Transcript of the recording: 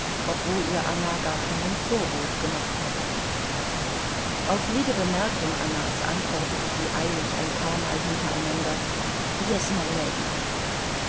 obwohl ihr anna gar keinen vorwurf gemacht hatte auf jede bemerkung annas antwortete sie eilig ein paarmal hintereinander